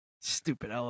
stupid